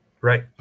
Right